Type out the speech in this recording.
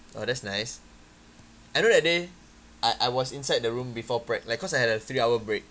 oh that's nice I know that day I I was inside the room before prac because I had a three hour break